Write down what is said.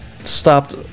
Stopped